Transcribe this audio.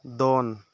ᱫᱚᱱ